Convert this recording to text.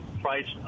price